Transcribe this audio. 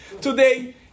Today